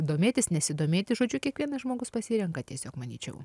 domėtis nesidomėti žodžiu kiekvienas žmogus pasirenka tiesiog manyčiau